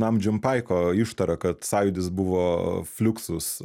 namdžim paiko ištarą kad sąjūdis buvo fliuksus